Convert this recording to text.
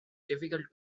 difficult